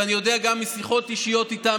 ואני יודע גם משיחות אישיות איתם